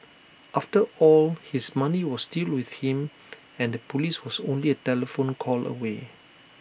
after all his money was still with him and the Police was only A telephone call away